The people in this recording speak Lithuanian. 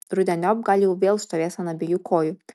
rudeniop gal jau vėl stovės ant abiejų kojų